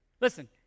Listen